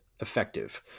effective